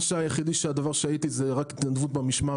הדבר היחידי שהייתי זה רק התנדבות במשמר